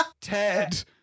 Ted